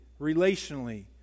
relationally